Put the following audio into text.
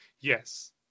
Yes